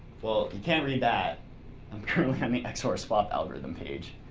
well, you can't read that i'm currently on the xor swap algorithm page.